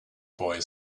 boy